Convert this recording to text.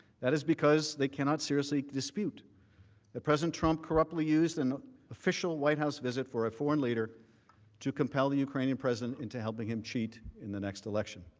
that is because they cannot seriously dispute that president trump corruptly use an official white house visit for a foreign leader to compel the ukrainian president into helping him cheat in the next election.